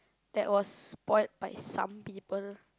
that was what are some people